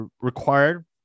required